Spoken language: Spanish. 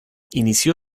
inició